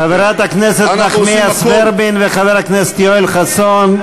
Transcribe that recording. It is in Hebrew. חברת הכנסת נחמיאס ורבין וחבר הכנסת יואל חסון,